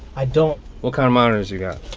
i don't what kind of monitors you got?